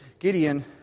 Gideon